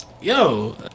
Yo